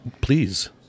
Please